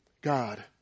God